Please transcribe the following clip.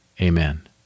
Amen